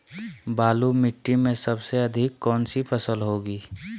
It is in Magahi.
बालू मिट्टी में सबसे अधिक कौन सी फसल होगी?